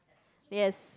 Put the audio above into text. yes